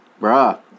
Bruh